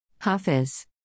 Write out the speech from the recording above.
Hafiz